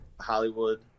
Hollywood